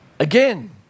Again